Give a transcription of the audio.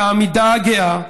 את העמידה הגאה,